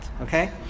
okay